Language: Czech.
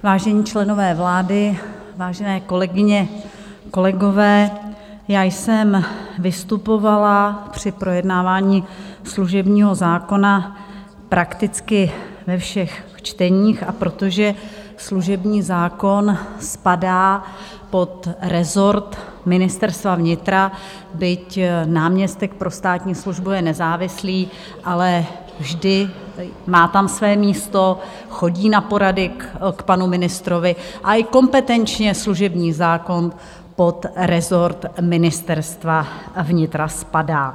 Vážení členové vlády, vážené kolegyně, kolegové, já jsem vystupovala při projednávání služebního zákona prakticky ve všech čteních, a protože služební zákon spadá pod rezort Ministerstva vnitra, byť náměstek pro státní službu je nezávislý, ale vždy má tam své místo, chodí na porady k panu ministrovi a i kompetenčně služební zákon pod rezort Ministerstva vnitra spadá.